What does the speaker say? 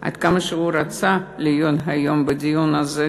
עד כמה הוא רצה להיות היום בדיון הזה,